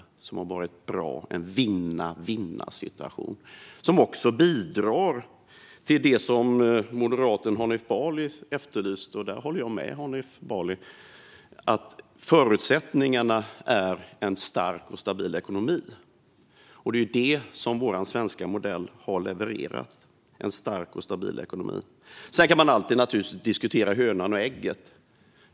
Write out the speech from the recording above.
Detta har varit bra - en vinn-vinnsituation - och bidrar till det som moderaten Hanif Bali efterlyste och som jag håller med honom om: Förutsättningarna är en stark och stabil ekonomi. Det har vår svenska modell levererat. Sedan kan man alltid diskutera hönan och ägget.